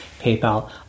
PayPal